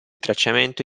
tracciamento